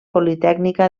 politècnica